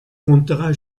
comptera